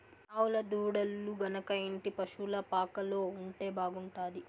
ఆవుల దూడలు గనక ఇంటి పశుల పాకలో ఉంటే బాగుంటాది